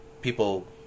people